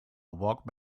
walked